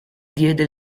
diede